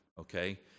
Okay